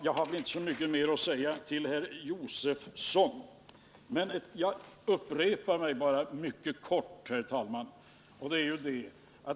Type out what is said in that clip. Jag har väl inte så mycket mer att säga till herr Josefson; jag skall, herr talman, bara upprepa mig mycket kortfattat.